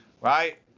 Right